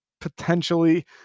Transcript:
potentially